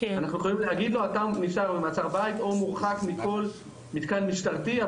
שהוא נשאר במעצר בית או מורחק מכל מתקן משטרתי,